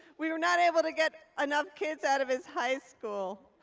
we were not able to get enough kids out of his high school.